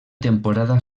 temporada